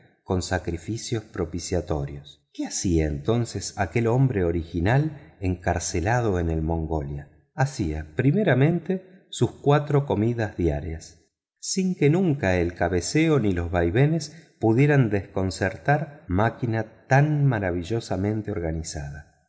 con sacrificios propiciatorios qué hacía entonces aquel hombre original encarcelado en el mongolia hacía primeramente sus cuatro comidas diarias sin que nunca el cabeceo ni los vaivenes pudieran desconcertar máquina tan maravillosamente organizada